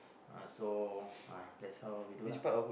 uh so uh that's how we do lah